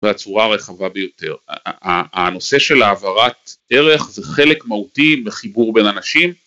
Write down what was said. והצורה הרחבה ביותר. הנושא של העברת ערך, זה חלק מהותי מחיבור בין אנשים